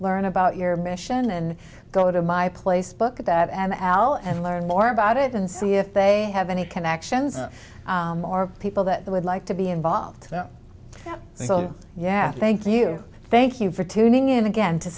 learn about your mission and go to my place book at that and al and learn more about it and see if they have any connections or people that would like to be involved so yeah thank you thank you for tuning in again to